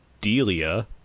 Delia